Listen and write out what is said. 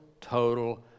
total